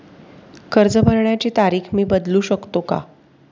कर्ज भरण्याची तारीख मी बदलू शकतो का?